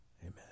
Amen